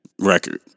record